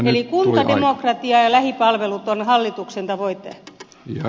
eli kuntademokratia ja lähipalvelut on hallituksen tavoite